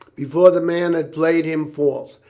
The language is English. before the man had played him false,